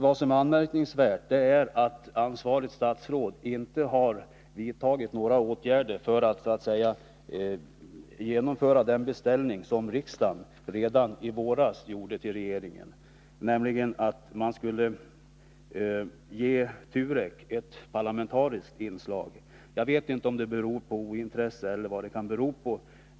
Det anmärkningsvärda är att ansvarigt statsråd inte har vidtagit några åtgärder för att så att säga genomföra den beställning som riksdagen redan i våras gjorde till regeringen, nämligen att man skulle ge TUREK ett parlamentariskt inslag. Jag vet inte om det beror på ointresse eller någonting annat.